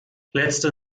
letzte